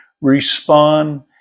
respond